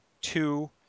two